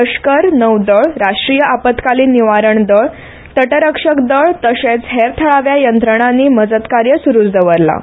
लश्कर नौदळ राष्ट्रीय आपतकालीन निवारण दळ तटरक्षक दळ तशेंच हेर थळाव्या यंत्रणांनी मजतकार्य सुरूच दवरलां